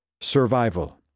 survival